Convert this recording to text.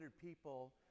people